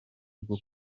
bwo